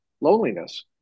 loneliness